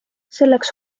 selleks